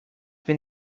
been